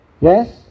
Yes